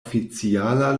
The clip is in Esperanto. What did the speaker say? oficiala